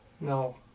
No